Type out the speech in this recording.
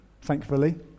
Thankfully